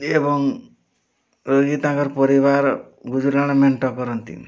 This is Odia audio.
ଏବଂ ରୋଗୀ ତାଙ୍କର ପରିବାର ଗୁଜୁରାଣ ମେଣ୍ଟ କରନ୍ତିନି